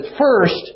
first